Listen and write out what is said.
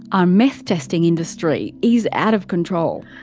our meth testing industry is out of control.